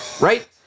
Right